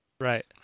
Right